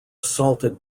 assaulted